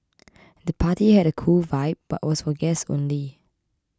the party had a cool vibe but was for guests only